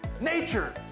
nature